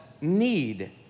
need